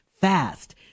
fast